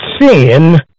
sin